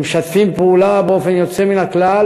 שמשתפים פעולה באופן יוצא מן הכלל,